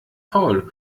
faul